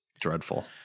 Dreadful